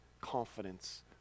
confidence